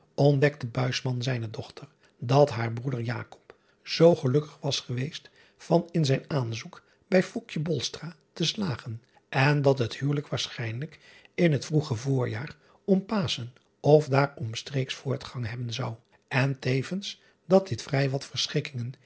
ontdekte zijne dochter dat haar broeder zoo gelukkig was geweest van in zijn aanzoek bij te slagen en dat het huwelijk waarschijnlijk in het vroege voorjaar om aschen of daaromstreeks voortgang hebben zou en tevens dat dit vrij wat